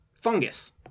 fungus